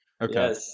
Okay